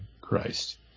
Christ